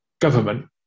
government